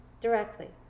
directly